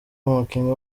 umukinnyi